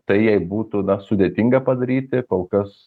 tai jai būtų sudėtinga padaryti kol kas